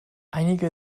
einige